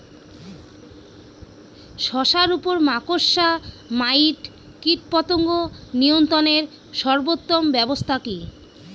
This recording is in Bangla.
শশার উপর মাকড়সা মাইট কীটপতঙ্গ নিয়ন্ত্রণের সর্বোত্তম ব্যবস্থা কি?